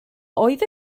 oedd